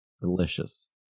Delicious